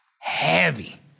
heavy